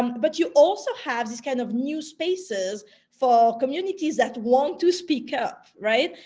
um but you also have this kind of new spaces for communities that want to speak up. right?